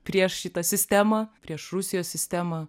prieš šitą sistemą prieš rusijos sistemą